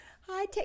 hi